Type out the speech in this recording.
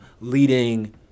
leading